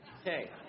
Okay